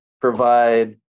provide